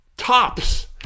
tops